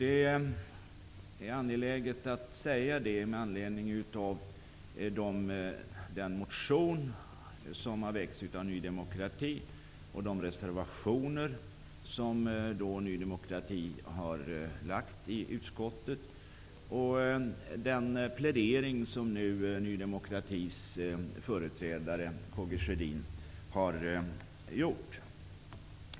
Det är angeläget att säga det med anledning av den motion som har väckts av Ny demokrati, de reservationer som Ny demokrati har lagt fram i utskottet och den plädering som har gjorts av Ny demokratis företrädare K G Sjödin.